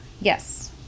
yes